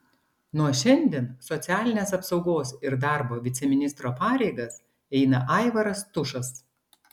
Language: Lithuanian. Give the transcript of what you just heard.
nuo šiandien socialinės apsaugos ir darbo viceministro pareigas eina aivaras tušas